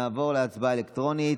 ונעבור להצבעה אלקטרונית,